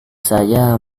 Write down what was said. saya